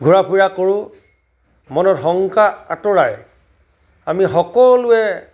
ঘূৰা ফুৰা কৰোঁ মনত শংকা আঁতৰাই আমি সকলোৱে